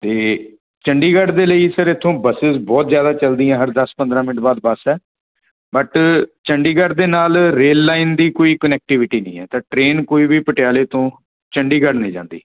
ਅਤੇ ਚੰਡੀਗੜ੍ਹ ਦੇ ਲਈ ਫਿਰ ਇੱਥੋਂ ਬੱਸਿਸ ਬਹੁਤ ਜ਼ਿਆਦਾ ਚਲਦੀਆਂ ਹਰ ਦਸ ਪੰਦਰ੍ਹਾਂ ਮਿੰਟ ਬਾਅਦ ਬਸ ਹੈ ਬਟ ਚੰਡੀਗੜ੍ਹ ਦੇ ਨਾਲ ਰੇਲ ਲਾਈਨ ਦੀ ਕੋਈ ਕੁਨੈਕਟਿਵਿਟੀ ਨਹੀਂ ਹੈ ਤਾਂ ਟ੍ਰੇਨ ਕੋਈ ਵੀ ਪਟਿਆਲੇ ਤੋਂ ਚੰਡੀਗੜ੍ਹ ਨਹੀਂ ਜਾਂਦੀ